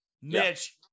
Mitch